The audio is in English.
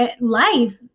life